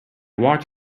walked